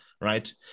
right